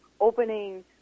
opening